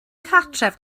cartref